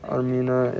Armina